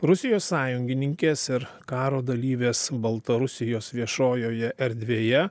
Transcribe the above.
rusijos sąjungininkės ir karo dalyvės baltarusijos viešojoje erdvėje